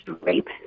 rape